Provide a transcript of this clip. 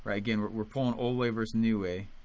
again we're pulling old way verse new way.